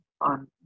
on